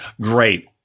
Great